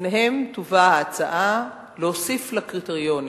ובפניהם תובא ההצעה להוסיף לקריטריונים